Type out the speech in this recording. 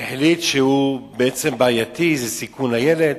החליט שהוא בעייתי וזה סיכון לילד.